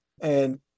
And-